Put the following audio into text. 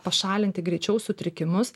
pašalinti greičiau sutrikimus